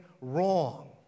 wrong